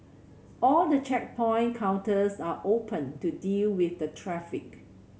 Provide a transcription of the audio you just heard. all the checkpoint counters are open to deal with the traffic